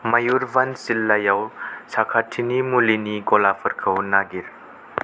मयुरभान्ज जिल्लायाव साखाथिनि मुलिनि गलाफोरखौ नागिर